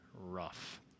Rough